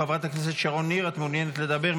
חברת הכנסת שרון ניר, את מעוניינת לדבר?